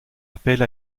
appel